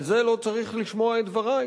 על זה לא צריך לשמוע את דברי,